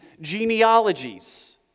genealogies